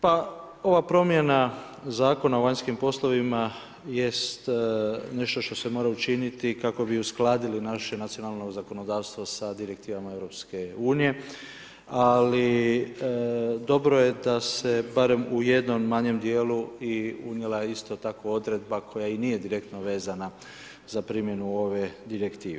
Pa ova promjena Zakona o vanjskim poslovima jest nešto što se mora učiniti kako bi uskladili naše nacionalno zakonodavstvo sa direktivama EU ali dobro je da se barem u jednom manjem dijelu i unijela isto tako odredba koja i nije direktno vezana za primjenu ove direktive.